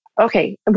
okay